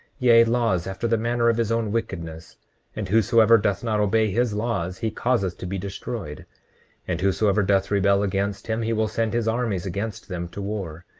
yea, laws after the manner of his own wickedness and whosoever doth not obey his laws he causeth to be destroyed and whosoever doth rebel against him he will send his armies against them to war,